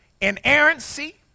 inerrancy